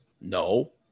no